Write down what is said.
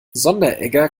sonderegger